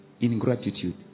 Ingratitude